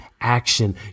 action